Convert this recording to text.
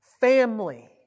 family